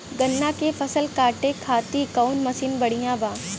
गन्ना के फसल कांटे खाती कवन मसीन बढ़ियां बा?